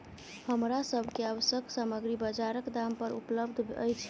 हमरा सभ के आवश्यक सामग्री बजारक दाम पर उपलबध अछि